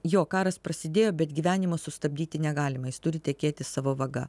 jo karas prasidėjo bet gyvenimo sustabdyti negalima jis turi tekėti savo vaga